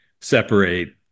separate